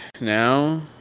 Now